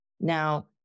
Now